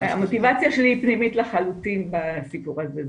המוטיבציה שלי היא פנימית לחלוטין בסיפור הזה.